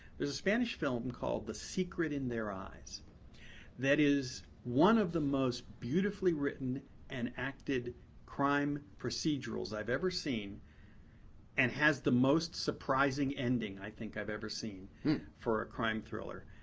there's a spanish film called the secret in their eyes that is one of the most beautifully written and acted crime procedurals i've ever seen and has the most surprising ending i think i've ever seen for a crime thriller.